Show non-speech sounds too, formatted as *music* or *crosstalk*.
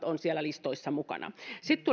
*unintelligible* on myös autioituvat mukana sitten *unintelligible*